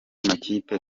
makipe